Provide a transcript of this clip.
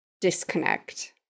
disconnect